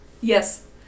Yes